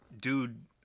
Dude